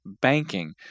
banking